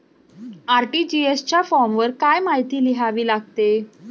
RTGS च्या फॉर्मवर काय काय माहिती लिहावी लागते?